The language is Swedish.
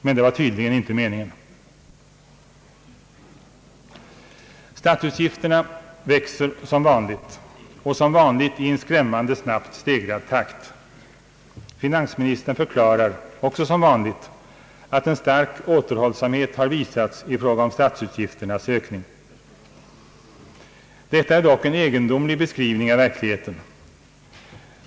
Men det var tydligen inte meningen. Statsutgifterna växer som vanligt och som vanligt i en skrämmande snabbt stegrad takt. Finansministern förklarar — också som vanligt — att en stark återhållsamhet har visats i fråga om statsutgifternas ökning. Detta är dock en egendomlig beskrivning av verkligheten.